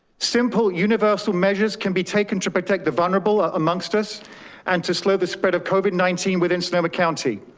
simple universal measures can be taken to protect the vulnerable ah amongst us and to slow the spread of covid nineteen within sonoma county,